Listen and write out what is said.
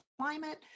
climate